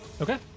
okay